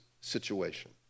situation